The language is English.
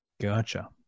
gotcha